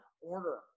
order